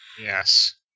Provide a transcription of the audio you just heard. Yes